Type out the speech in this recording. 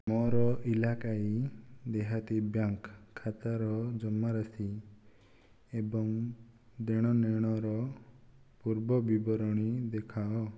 ମୋ'ର ଇଲାକାଇ ଦେହାତି ବ୍ୟାଙ୍କ୍ ଖାତାର ଜମାରାଶି ଏବଂ ଦେଣନେଣର ପୂର୍ବବିବରଣୀ ଦେଖାଅ